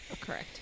correct